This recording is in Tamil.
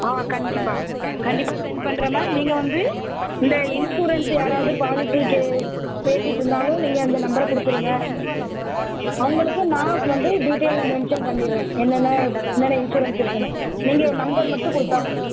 ஆ கண்டிப்பாக கண்டிப்பாக சென்ட் பண்ணுறேன் மேம் நீங்கள் வந்து இந்த இன்ஷுரன்ஸ் யாராவது பாலிசி பேசிட்டுருந்தாலும் நீங்கள் இந்த நம்பரை கொடுத்துருங்க அவங்களுக்கும் நான் வந்து டீட்டைல் மென்ஷன் பண்ணிடுறேன் என்னென்ன என்னென்ன இன்ஷுரன்ஸ் இருக்குதுன்னு நீங்கள் நம்பர் மட்டும் கொடுத்தா போதும்